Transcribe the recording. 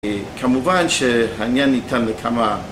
כמובן שהעניין הייתה נקמה